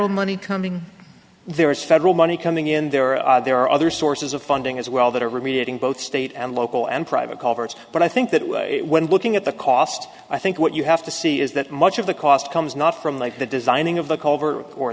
l money coming there is federal money coming in there are there are other sources of funding as well that are meeting both state and local and private culverts but i think that way when looking at the cost i think what you have to see is that much of the cost comes not from the the designing of the